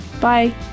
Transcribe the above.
Bye